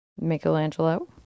Michelangelo